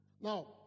Now